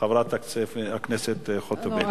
חברת הכנסת חוטובלי.